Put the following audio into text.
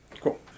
cool